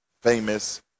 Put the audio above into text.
famous